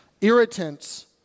irritants